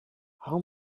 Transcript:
how